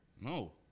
No